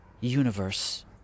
universe